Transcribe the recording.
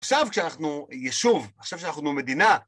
עכשיו, כשאנחנו ישוב, עכשיו כשאנחנו מדינה,